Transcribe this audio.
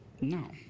No